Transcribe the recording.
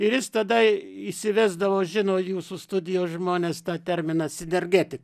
ir jis tada įsivesdavo žino jūsų studijos žmonės tą terminą sinergetika